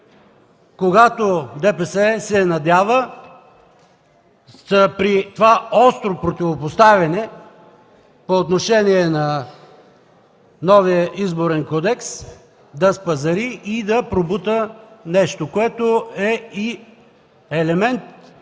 когато ДПС се надява при това остро противопоставяне по отношение на новия Изборен кодекс да спазари и да пробута нещо, което е и елемент